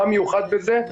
מה מיוחד בזה?